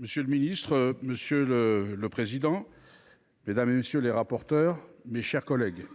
Mellouli. Monsieur le président, monsieur le ministre, mes chers collègues,